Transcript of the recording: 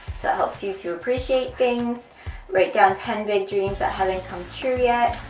so it helps you to appreciate things write down ten big dreams that haven't come true yet